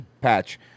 patch